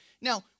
Now